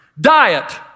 diet